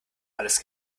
alles